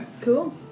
Cool